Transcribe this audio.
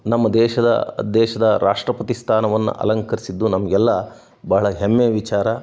ನಮ್ಮ ದೇಶದ ದೇಶದ ರಾಷ್ಟ್ರಪತಿ ಸ್ಥಾನವನ್ನು ಅಲಂಕರಿಸಿದ್ದು ನಮಗೆಲ್ಲ ಬಹಳ ಹೆಮ್ಮೆಯ ವಿಚಾರ